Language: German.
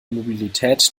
mobilität